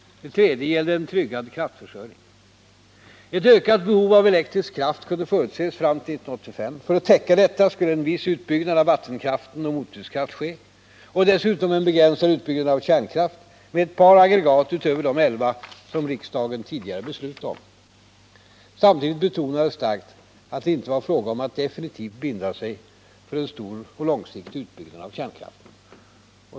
Den tredje gällde en tryggad kraftförsörjning. Ett ökat behov av elektrisk kraft kunde förutses fram till 1985. För att täcka detta skulle en viss utbyggnad av vattenkraft och mottryckskraft ske och dessutom en begränsad utbyggnad av kärnkraften med ett par aggregat utöver de elva som riksdagen tidigare beslutat om. Samtidigt betonades starkt att det inte var fråga om att definitivt binda sig för en stor och långsiktig utbyggnad av kärnkraften.